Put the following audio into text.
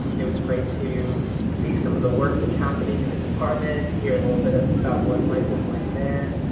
um it was great to see some of the work that's happening in the department, to hear a little bit ah about what life is like there.